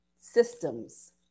systems